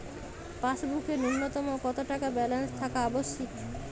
পাসবুকে ন্যুনতম কত টাকা ব্যালেন্স থাকা আবশ্যিক?